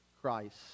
Christ